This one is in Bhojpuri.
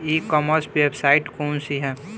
ई कॉमर्स वेबसाइट कौन सी है?